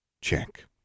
Check